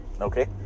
Okay